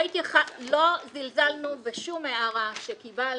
לא זלזלנו בשום הערה שקיבלנו,